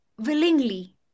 willingly